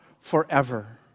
forever